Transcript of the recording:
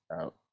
out